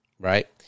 Right